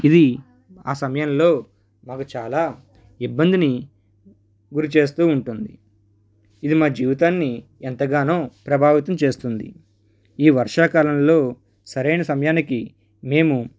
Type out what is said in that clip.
ఇది ఆ సమయంలో మాకు చాలా ఇబ్బందిని గురి చేస్తూ ఉంటుంది ఇది మా జీవితాన్ని ఎంతగానో ప్రభావితం చేస్తుంది ఈ వర్షాకాలంలో సరి అయిన సమయానికి మేము